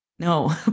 No